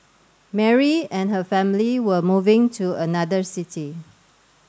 Mary and her family were moving to another city